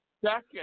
second